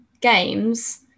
games